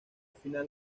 final